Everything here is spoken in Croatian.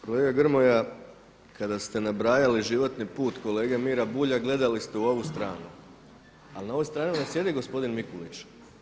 Kolega Grmoja, kada ste nabrali životni put kolege Mire Bulja gledali ste u ovu stranu, ali na ovoj strani ne sjedi gospodin Mikulić.